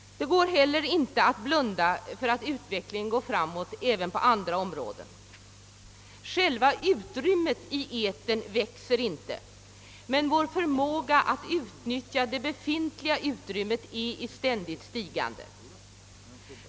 Det går inte heller att blunda för att utvecklingen går framåt även på andra områden. Själva utrymmet i etern växer inte, men vår förmåga att utnyttja det befintliga utrymmet är i ständigt stigande.